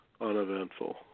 uneventful